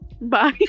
bye